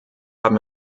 haben